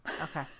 okay